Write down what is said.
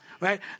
Right